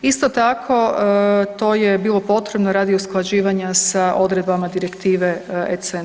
Isto tako to je bilo potrebno radi usklađivanja sa odredbama Direktive ECN+